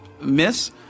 miss